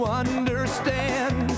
understand